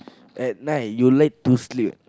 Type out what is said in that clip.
at night you like to sleep